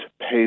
pay